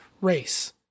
race